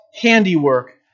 handiwork